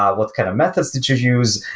um what kind of methods did you use?